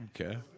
Okay